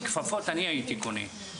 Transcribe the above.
כפפות אני הייתי קונה.